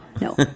No